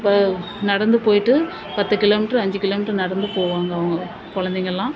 நடந்து போயிட்டு பத்து கிலோ மீட்டரு அஞ்சு கிலோ மீட்டரு நடந்து போவாங்க அவங்க குழந்தைங்கள்லாம்